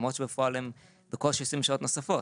למרות שבפועל הם בקושי עושים שעות נוספות.